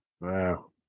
Wow